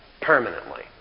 Permanently